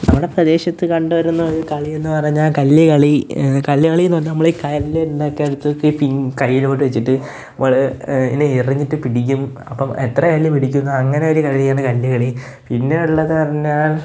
നമ്മുടെ പ്രദേശത്ത് കണ്ട് വരുന്നൊരു കളി എന്ന് പറഞ്ഞാൽ കല്ല് കളി കല്ല് കളി എന്ന് പറഞ്ഞാൽ നമ്മൾ ഈ കല്ലുണ്ടാക്കി എടുത്തിട്ട് കയ്യിലോട്ട് വെച്ചിട്ട് നമ്മൾ ഇങ്ങനെ എറിഞ്ഞിട്ട് പിടിക്കും അപ്പം എത്ര കല്ല് പിടിക്കുന്നോ അങ്ങനെയൊരു കളിയാണ് കല്ല് കളി പിന്നെയുള്ളത് പറഞ്ഞാൽ